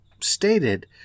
stated